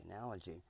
analogy